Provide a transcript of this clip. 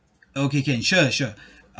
okay can sure sure